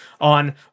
on